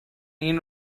این